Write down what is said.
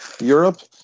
Europe